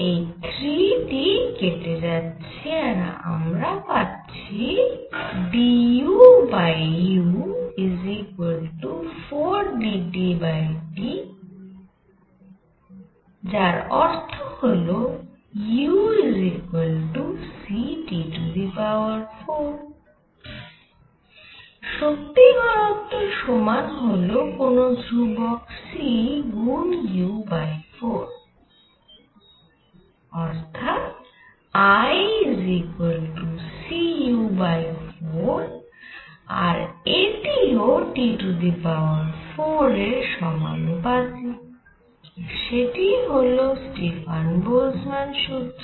এই 3টি কেটে যাচ্ছে আর আমরা পাচ্ছি duu4dTT⇒ucT4 শক্তি ঘনত্ব সমান হল কোন একটি ধ্রুবক c গুন u 4 অর্থাৎ Icu4 আর এটিও T4 এর সমানুপাতিক আর সেটিই হল স্টিফান বোলজম্যান সুত্র